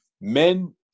Men